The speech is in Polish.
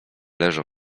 leżą